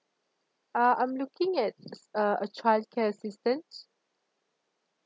uh I'm looking at uh a childcare assistance